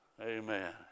Amen